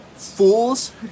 Fools